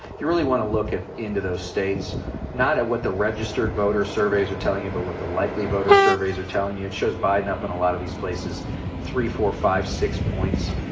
you really want to look into those states not at what the registered voter surveys are telling you but what the likely voter surveys are telling you. it shows biden up in a lot of these places three, four, five, six points.